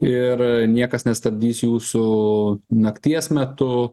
ir niekas nestabdys jūsų nakties metu